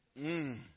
Mmm